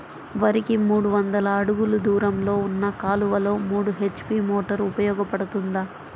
వరికి మూడు వందల అడుగులు దూరంలో ఉన్న కాలువలో మూడు హెచ్.పీ మోటార్ ఉపయోగపడుతుందా?